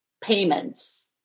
payments